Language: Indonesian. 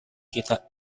kita